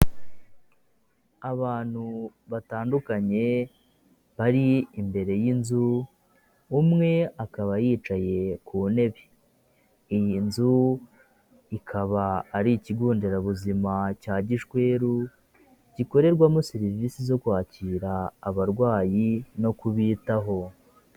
Abantu batandukanye bari imbere y'inzu umwe akaba yicaye ku ntebe, iyi nzu ikaba ari ikigo nderabuzima cya Gishweru gikorerwamo serivisi zo kwakira abarwayi no kubitaho.